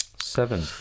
Seven